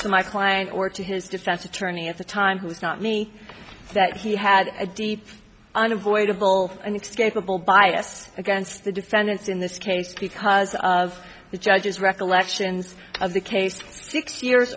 to my client or to his defense attorney at the time who was not me that he had a deep unavoidable and excusable bias against the defendants in this case because of the judge's recollections of the case six years